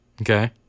Okay